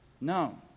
No